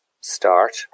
start